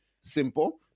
simple